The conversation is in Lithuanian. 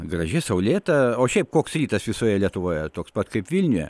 graži saulėta o šiaip koks rytas visoje lietuvoje toks pat kaip vilniuje